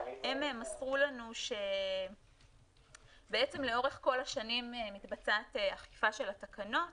הם מסרו לנו שבעצם לאורך כל השנים מתבצעת אכיפה של התקנות